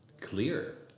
clear